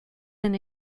been